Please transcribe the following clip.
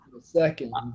second